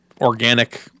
organic